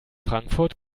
frankfurt